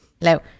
Hello